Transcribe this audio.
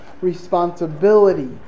responsibility